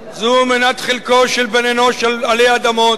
זו מנת חלקו של בן-אנוש עלי אדמות.